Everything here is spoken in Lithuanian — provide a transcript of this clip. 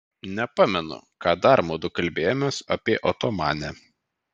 nepamenu ką dar mudu kalbėjomės apie otomanę